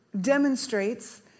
demonstrates